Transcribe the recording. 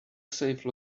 save